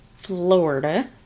Florida